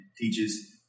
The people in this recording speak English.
teaches